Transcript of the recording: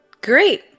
Great